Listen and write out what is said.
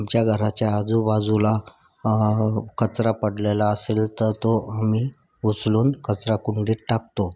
आमच्या घराच्या आजूबाजूला कचरा पडलेला असेल तर तो आम्ही उचलून कचराकुंडीत टाकतो